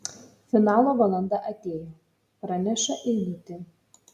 finalo valanda atėjo praneša eilutė